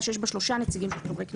שיש בה שלושה נציגים של חברי כנסת,